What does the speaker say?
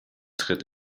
tritt